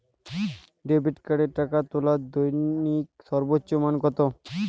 Debit কার্ডে টাকা তোলার দৈনিক সর্বোচ্চ মান কতো?